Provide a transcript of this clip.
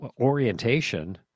orientation